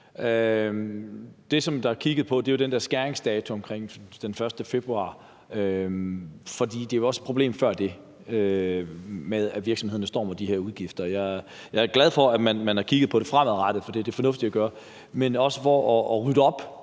Det, som der er kigget på, er jo den her skæringsdato den 1. februar, men det er jo også et problem før det tidspunkt, at virksomhederne står med de her udgifter. Jeg er glad for, at man har kigget på det fremadrettet, for det er fornuftigt at gøre, også for at rydde op